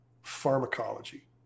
pharmacology